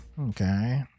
Okay